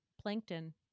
Plankton